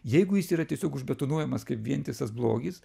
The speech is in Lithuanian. jeigu jis yra tiesiog užbetonuojamas kaip vientisas blogis